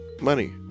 money